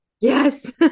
Yes